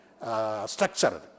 structure